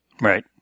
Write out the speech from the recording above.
right